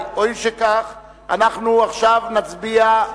רבותי, הואיל וכך, אנחנו עכשיו נצביע,